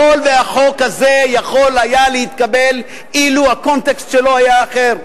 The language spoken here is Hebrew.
החוק הזה יכול היה להתקבל אילו הקונטקסט שלו היה אחר.